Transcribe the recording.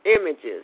images